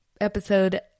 episode